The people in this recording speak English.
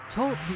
Talk